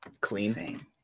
Clean